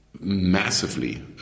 Massively